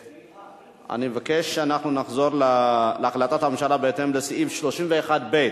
אני מבקש שאנחנו נחזור להחלטת הממשלה בהתאם לסעיף 31(ב)